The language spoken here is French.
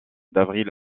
d’avril